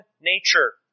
nature